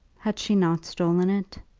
had she not stolen it?